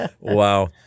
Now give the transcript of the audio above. Wow